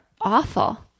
awful